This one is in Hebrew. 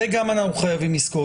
את זה אנחנו גם חייבים לזכור.